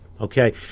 Okay